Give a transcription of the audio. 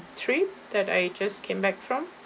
trip that I just came back from